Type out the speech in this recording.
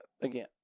Again